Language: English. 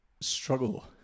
struggle